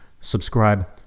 Subscribe